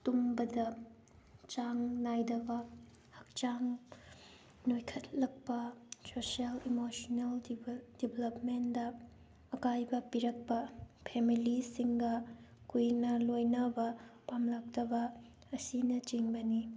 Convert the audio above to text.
ꯇꯨꯝꯕꯗ ꯆꯥꯡ ꯅꯥꯏꯗꯕ ꯍꯛꯆꯥꯡ ꯅꯣꯏꯈꯠꯂꯛꯄ ꯁꯣꯁꯤꯌꯦꯜ ꯏꯃꯣꯁꯟꯅꯦꯜ ꯗꯦꯚꯂꯞꯃꯦꯟꯇ ꯑꯀꯥꯏꯕ ꯄꯤꯔꯛꯄ ꯐꯦꯃꯤꯂꯤꯁꯤꯡꯒ ꯀꯨꯏꯅ ꯂꯣꯏꯅꯕ ꯄꯥꯝꯂꯛꯇꯕ ꯑꯁꯤꯅꯆꯤꯡꯕꯅꯤ